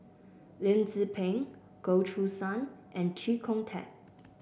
Lim Tze Peng Goh Choo San and Chee Kong Tet